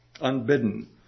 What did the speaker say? unbidden